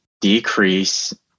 decrease